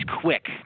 quick